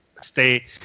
stay